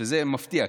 שזה מפתיע,